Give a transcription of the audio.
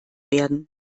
werden